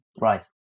Right